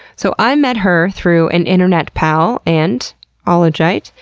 so i met her through an internet pal and ah ologite,